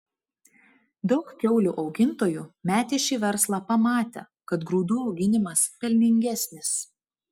daug kiaulių augintojų metė šį verslą pamatę kad grūdų auginimas pelningesnis